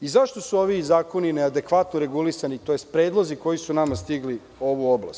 Zašto su ovi zakoni neadekvatno regulisani tj. predlozi koji su nama stigli za ovu oblast?